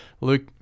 Luke